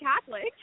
Catholic